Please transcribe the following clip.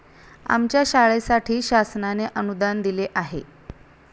आमच्या शाळेसाठी शासनाने अनुदान दिले आहे